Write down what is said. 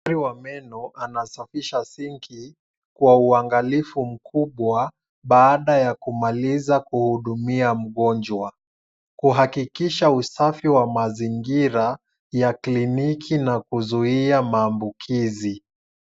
Daktari wa meno anasafisha sinki kwa uangalifu mkubwa baada ya kumaliza kuhudumia mgonjwa kuhakikisha usafi wa mazingira ya kiliniki na kuzuia maambukizi.